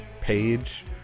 page